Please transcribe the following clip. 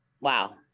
wow